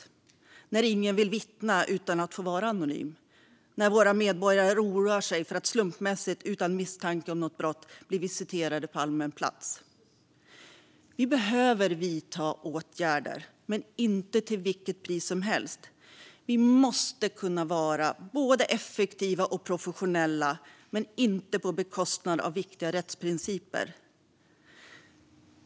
Det är när ingen vill vittna utan att få vara anonym, och när våra medborgare oroar sig för att slumpmässigt utan misstanke om något brott bli visiterade på allmän plats. Vi behöver vidta åtgärder, men inte till vilket pris som helst. Vi måste kunna vara både effektiva och professionella, men inte på bekostnad av viktiga rättsprinciper.